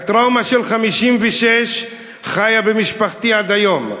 הטראומה של 1956 חיה במשפחתי עד היום.